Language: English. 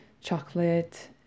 chocolate